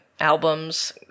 albums